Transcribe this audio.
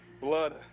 blood